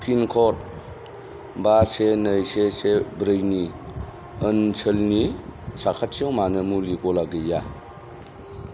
पिनक'ड बा से नै से से ब्रै नि ओनसोलनि साखाथियाव मानो मुलि गला गैया